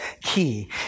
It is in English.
key